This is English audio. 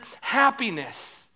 Happiness